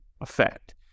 effect